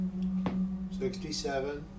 67